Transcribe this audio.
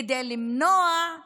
כדי למנוע את